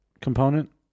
component